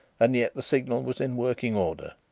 and yet the signal was in working order.